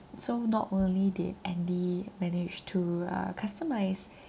so not only did andy manage to uh customise